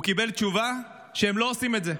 הוא קיבל תשובה שהם לא עושים את זה,